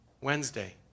Wednesday